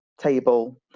table